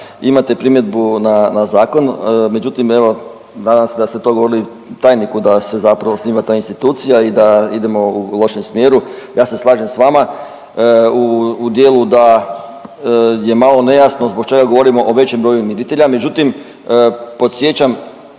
imate primjedbu na, na zakon, međutim evo nadam se da ste to govorili tajniku da se zapravo osniva ta institucija i da idemo u lošem smjeru. Ja se slažem s vama u dijelu da je malo nejasno zbog čega govorimo o većem broju miritelja, međutim podsjećam